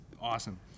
awesome